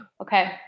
Okay